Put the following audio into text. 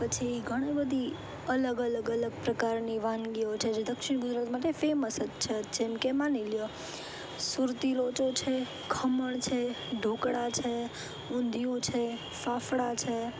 પછી ઘણી બધી અલગ અલગ અલગ પ્રકારની વાનગીઓ છે જે દક્ષિણ ગુજરાત માટે ફેમસ જ છે જેમ કે માની લ્યો સુરતી લોચો છે ખમણ છે ઢોકળા છે ઊંધિયું છે ફાફડાં છે